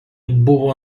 buvo